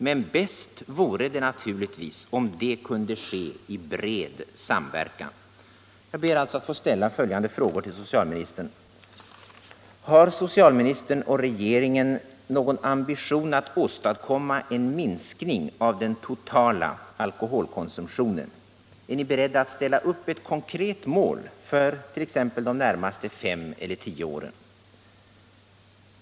Men bäst vore det naturligtvis om detta kunde ske i bred samverkan. Har socialministern och regeringen någon ambition att åstadkomma en minskning av den totala alkoholkonsumtionen? Är ni beredda att ställa upp ett konkret mål för de närmaste fem eller tio åren?